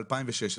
ב-2016.